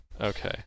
Okay